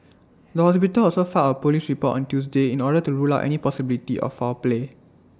the hospital also filed A Police report on Tuesday in order to rule out any possibility of foul play